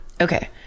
okay